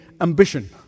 ambition